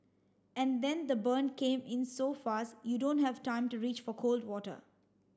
and then the burn came in so fast you don't have time to reach for cold water